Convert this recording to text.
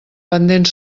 pendents